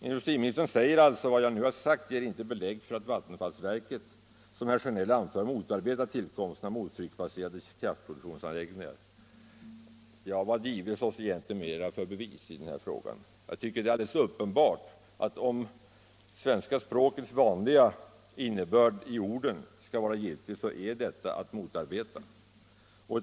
Industriministern säger: ”Vad jag nu har sagt ger inte belägg för att vattenfallsverket, som herr Sjönell anför, motarbetar tillkomsten av mottrycksbaserade kraftproduktionsanläggningar.” Men vad behövs ytterligare för bevis i den här frågan? Jag tycker det är alldeles uppenbart, om svenska språkets vanliga innebörd i orden är giltig, att detta är att motarbeta.